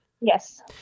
Yes